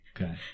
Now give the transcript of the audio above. Okay